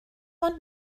want